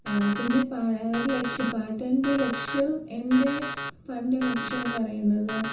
പിന്നെ പഴ ഒരു ലക്ഷ്യം പാട്ടിൻ്റെ ലക്ഷ്യവും എൻ്റെ പാട്ടിൻ്റെ ലക്ഷ്യം എന്ന് പറയുന്നത്